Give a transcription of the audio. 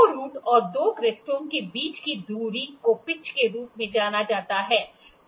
2 root या 2 क्रेस्टों के बीच की दूरी को पिच के रूप में जाना जाता है